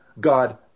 God